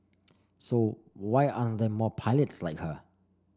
so why aren't there more pilots like her